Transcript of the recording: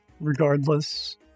regardless